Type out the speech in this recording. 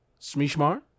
smishmar